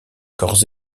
corps